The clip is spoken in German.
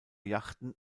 yachten